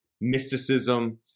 mysticism